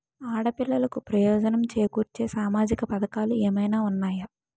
ఆడపిల్లలకు ప్రయోజనం చేకూర్చే సామాజిక పథకాలు ఏమైనా ఉన్నాయా?